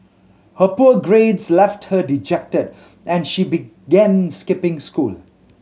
her poor grades left her dejected and she began skipping school